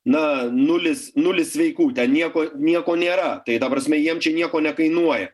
na nulis nulis sveikų ten nieko nieko nėra tai ta prasme jiem čia nieko nekainuoja